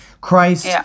Christ